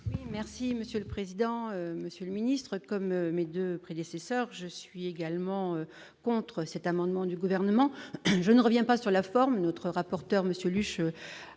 Merci monsieur le président, Monsieur le Ministre, comme mes 2 prédécesseurs, je suis également contre cet amendement du gouvernement je ne reviens pas sur la forme, notre rapporteur, Monsieur Lüscher